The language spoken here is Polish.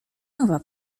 nowa